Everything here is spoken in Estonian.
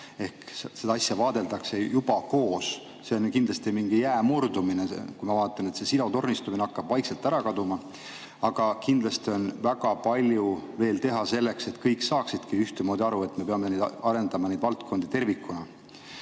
Ehk seda asja vaadeldakse juba koos. See on kindlasti mingi jää murdumine, kui ma vaatan, et see silotornistumine hakkab vaikselt ära kaduma. Aga kindlasti on väga palju veel teha selleks, et kõik saaksidki ühtemoodi aru, et me peame arendama neid valdkondi tervikuna.